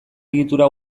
egitura